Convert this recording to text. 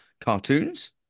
cartoons